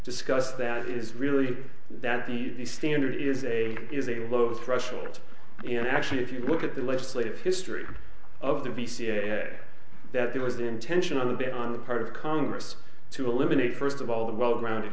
discussed that is really that the standard is a is a low threshold and actually if you look at the legislative history of the cia that there was intentional a bit on the part of congress to eliminate first of all the well grounded